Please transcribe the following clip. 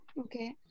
Okay